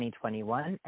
2021